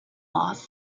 loss